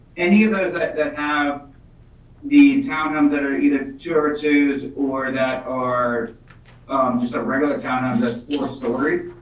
any of those that that have the townhomes that are either george's or that are just a regular townhouse that's four stories,